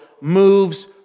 moves